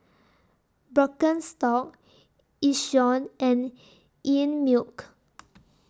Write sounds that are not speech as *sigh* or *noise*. Birkenstock Yishion and Einmilk *noise*